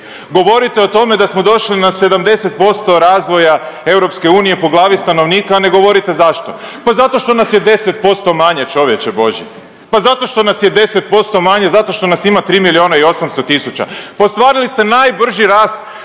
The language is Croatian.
Govorite o tome da smo došli na 70% razvoja EU po glavi stanovnika, a ne govorite zašto. Pa zato što nas je 10% manje čovječe božji, pa zato što nas je 10% manje zato što nas ima tri milijuna i 800 tisuća, pa ostvarili ste najbrži rast